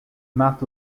matt